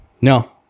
No